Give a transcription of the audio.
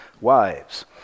wives